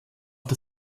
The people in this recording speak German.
der